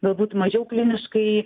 galbūt mažiau kliniškai